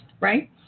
right